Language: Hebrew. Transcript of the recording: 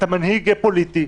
אתה מנהיג פוליטי.